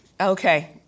Okay